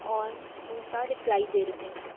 اور ان کا رپلائی دے رہے ہیں